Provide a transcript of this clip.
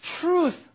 Truth